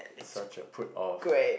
such a put off